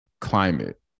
climate